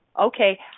Okay